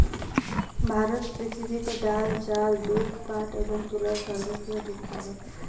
ভারত পৃথিবীতে ডাল, চাল, দুধ, পাট এবং তুলোর সর্ববৃহৎ উৎপাদক